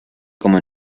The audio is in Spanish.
como